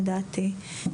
לדעתי,